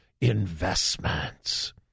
investments